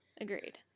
Agreed